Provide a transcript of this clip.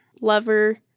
Lover